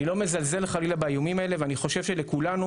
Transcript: אני לא מזלזל חלילה באיומים האלה ואני חושב שלכולנו,